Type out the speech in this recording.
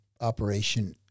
operation